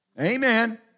Amen